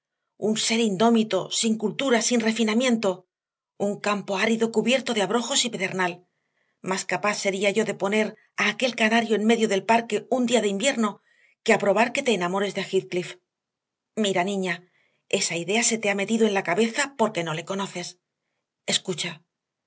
un ser indómito sin cultura sin refinamiento un campo árido cubierto de abrojos y pedernal más capaz sería yo de poner a aquel canario en medio del parque un día de invierno que aprobar que te enamores de heathcliff mira niña esa idea se te ha metido en la cabeza porque no le conoces escucha